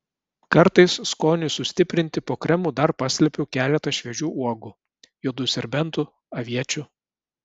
kartais skoniui sustiprinti po kremu dar paslepiu keletą šviežių uogų juodųjų serbentų aviečių